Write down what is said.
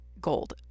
gold